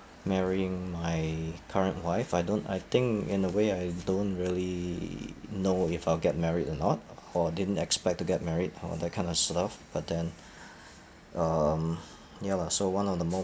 marrying my current wife I don't I think in a way I don't really know if I'll get married or not or didn't expect to get married or that kind of stuff but then um ya lah so one of the more